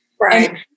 Right